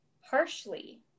harshly